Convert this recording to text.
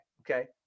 Okay